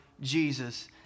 Jesus